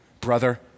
brother